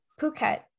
Phuket